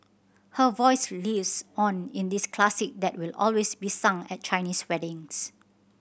her voice lives on in this classic that will always be sung at Chinese weddings